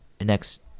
next